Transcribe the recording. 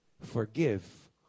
forgive